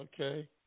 okay